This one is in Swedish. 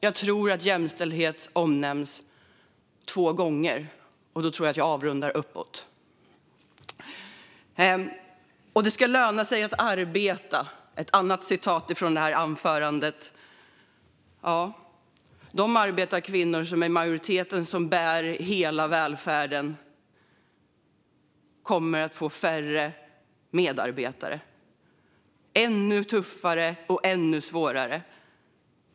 Jag tror att jämställdhet omnämns två gånger i Tidöavtalet, och då tror jag att jag avrundar uppåt. Det ska löna sig att arbeta, hörde vi också i anförandet. Ja, men de arbetarkvinnor som utgör majoriteten av dem som bär hela välfärden kommer att få färre medarbetare. De kommer att få det ännu tuffare och ännu svårare.